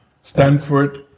Stanford